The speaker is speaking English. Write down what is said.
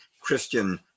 Christian